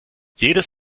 jedes